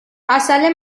عسل